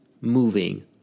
moving